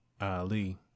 Ali